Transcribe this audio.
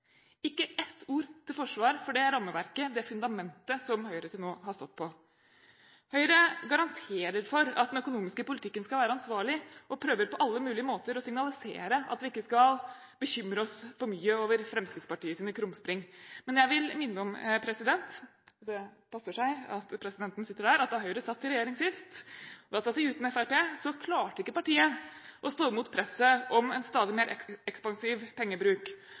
ikke ett ord til forsvar for det rammeverket og det fundamentet som Høyre til nå har stått på. Høyre garanterer for at den økonomiske politikken skal være ansvarlig og prøver på alle mulige måter å signalisere at vi ikke skal bekymre oss for mye over Fremskrittspartiets krumspring. Men jeg vil minne om, president – og det passer at det er denne presidenten som sitter her – at da Høyre satt i regjering sist, da satt de uten Fremskrittspartiet, klarte ikke partiet å stå imot presset om en stadig mer ekspansiv pengebruk.